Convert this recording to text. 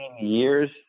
years